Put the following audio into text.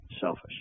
selfish